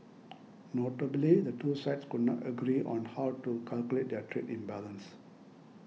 notably the two sides could not agree on how to calculate their trade imbalance